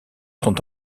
sont